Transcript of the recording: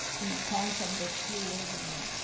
you know, concept that flew over me.